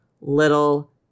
little